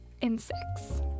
insects